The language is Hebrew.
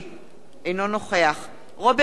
אינו נוכח רוברט טיבייב,